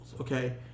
okay